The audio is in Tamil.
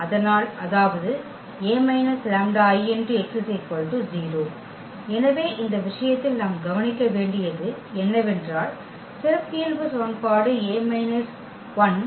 அதனால் அதாவது A λI x 0 எனவே இந்த விஷயத்தில் நாம் கவனிக்க வேண்டியது என்னவென்றால் சிறப்பியல்பு சமன்பாடு λ − 13 0